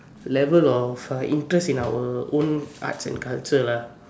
level of a interest in our own arts and culture lah